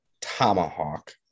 tomahawk